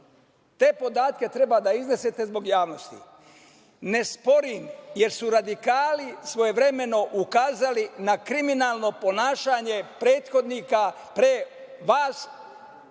podatke treba da iznesete zbog javnosti. Ne sporim, jer su radikali svojevremeno ukazali na kriminalno ponašanje prethodnika, pre vas,